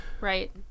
Right